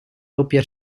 doppia